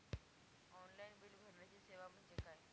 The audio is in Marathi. ऑनलाईन बिल भरण्याची सेवा म्हणजे काय?